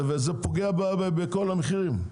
זה פוגע בכל המחירים.